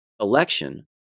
election